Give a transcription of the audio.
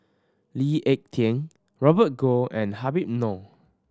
Lee Ek Tieng Robert Goh and Habib Noh